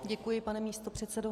Děkuji, pane místopředsedo.